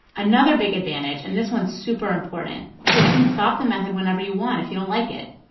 another big advantage and this one's super important is that you can stop the method whenever you want if you don't like it.